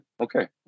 Okay